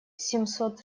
семьсот